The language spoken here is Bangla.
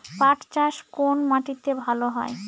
পাট চাষ কোন মাটিতে ভালো হয়?